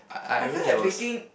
I feel like baking